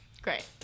Great